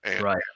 Right